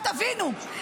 עכשיו תבינו,